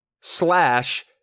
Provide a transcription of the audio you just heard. Slash